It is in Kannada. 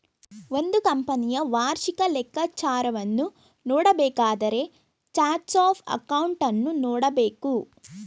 ಒಂದು ಕಂಪನಿಯ ವಾರ್ಷಿಕ ಲೆಕ್ಕಾಚಾರವನ್ನು ನೋಡಬೇಕಾದರೆ ಚಾರ್ಟ್ಸ್ ಆಫ್ ಅಕೌಂಟನ್ನು ನೋಡಬೇಕು